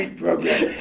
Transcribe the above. program.